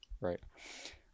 Right